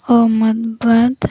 Ahmedabad